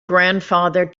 grandfather